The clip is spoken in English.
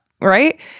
right